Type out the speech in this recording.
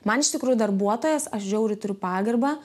man iš tikrųjų darbuotojas aš žiauriai turiu pagarbą